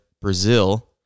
Brazil